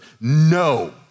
no